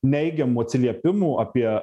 neigiamų atsiliepimų apie